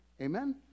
Amen